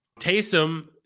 Taysom